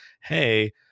hey